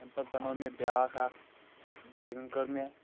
اَمہِ پَتہٕ بَنوٚو مےٚ بیٛاکھ اَکھ ڈرٛایوِنٛگ کٔر مےٚ